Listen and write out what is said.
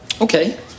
Okay